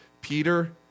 Peter